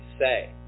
say